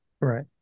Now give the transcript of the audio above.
Right